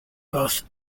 both